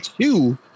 two